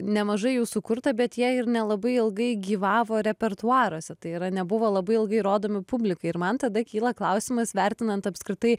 nemažai jų sukurta bet jie ir nelabai ilgai gyvavo repertuaruose tai yra nebuvo labai ilgai rodomi publikai ir man tada kyla klausimas vertinant apskritai